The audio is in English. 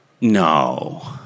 No